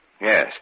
Yes